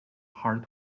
hard